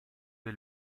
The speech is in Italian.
dei